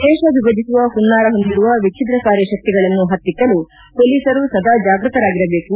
ದೇಶ ವಿಭಜಿಸುವ ಹುನ್ನಾರ ಹೊಂದಿರುವ ವಿಚ್ವದ್ರಕಾರಿ ಶಕ್ತಿಗಳನ್ನು ಪತ್ತಿಕ್ಕಲು ಪೊಲೀಸರು ಸದಾ ಜಾಗೃತರಾಗಿರಬೇಕು